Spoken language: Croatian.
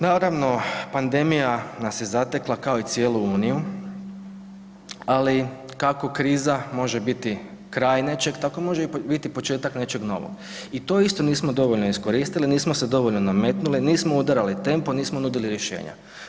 Naravno, pandemija nas je zatekla kao i cijelu Uniju, ali kako kriza može biti kraj nečeg tako može biti početak nečeg novog i to isto nismo dovoljno iskoristili, nismo se dovoljno nametnuli, nismo udarali tempo, nismo nudili rješenja.